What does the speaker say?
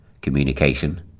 communication